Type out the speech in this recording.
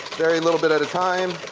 very little bit at a time.